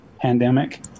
pandemic